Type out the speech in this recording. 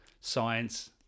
science